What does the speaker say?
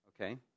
Okay